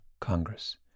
Congress